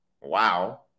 Wow